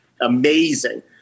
amazing